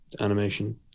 animation